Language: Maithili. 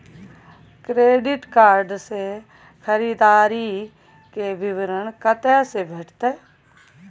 क्रेडिट कार्ड से खरीददारी के विवरण कत्ते से भेटतै?